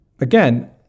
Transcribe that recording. Again